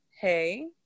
Hey